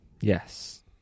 yes